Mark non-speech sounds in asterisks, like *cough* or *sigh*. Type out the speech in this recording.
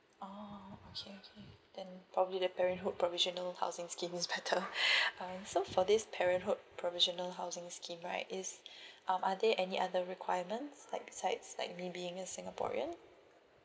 oh okay okay then probably the parenthood provisional housing scheme is better *laughs* um so for this parenthood provisional housing scheme right is *breath* um are there any other requirements like besides like me being a singaporean